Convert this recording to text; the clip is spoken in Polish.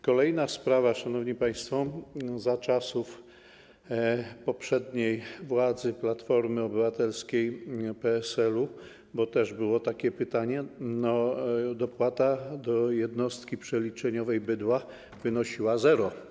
Kolejna sprawa, szanowni państwo, za czasów poprzedniej władzy, Platformy Obywatelskiej, PSL-u, bo też było takie pytanie, dopłata do jednostki przeliczeniowej bydła wynosiła zero.